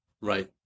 Right